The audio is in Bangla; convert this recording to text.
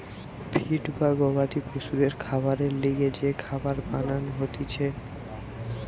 ফিড বা গবাদি পশুদের খাবারের লিগে যে খাবার বানান হতিছে